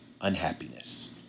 unhappiness